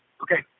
Okay